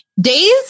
Days